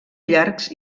llargs